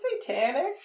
satanic